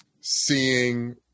seeing